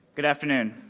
good afternoon.